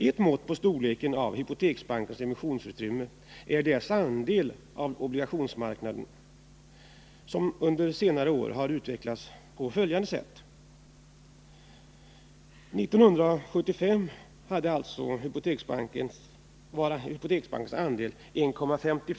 Ett mått på storleken av hypoteksbankens emissionsutrymme är dess andel av obligationsmarknaden, som under senare år har utvecklats på följande sätt: 1975 var hypoteksbankens andel 1,55 20.